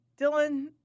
Dylan